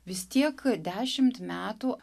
vis tiek dešimt metų